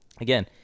again